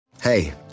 Hey